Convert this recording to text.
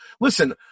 listen